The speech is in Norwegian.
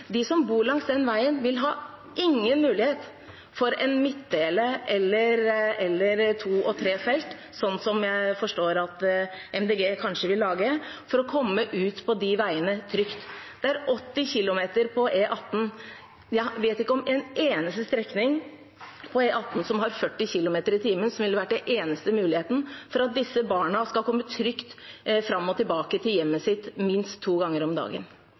De som bor langs den veien, vil ikke ha noen mulighet for en midtdeler, eller to og tre felt, slik jeg forstår at Miljøpartiet De Grønne kanskje vil lage, for å komme trygt ut på de veiene. Det er 80 km/t på E18. Jeg vet ikke om en eneste strekning på E18 som har 40 km/t, som ville vært den eneste muligheten for at disse barna skal komme seg trygt fram og tilbake til hjemmet sitt minst to ganger om dagen.